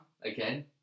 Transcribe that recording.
again